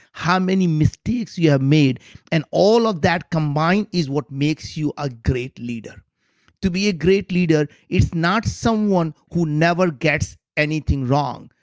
how many mistakes you have made and all of that combined is what makes you a great leader to be a great leader is not someone who never gets anything wrong,